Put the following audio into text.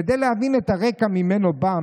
"כדי להבין את הרקע ממנו בא,